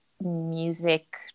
music